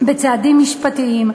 צעדים משפטיים,